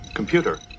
Computer